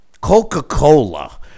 Coca-Cola